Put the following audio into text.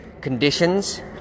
conditions